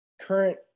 current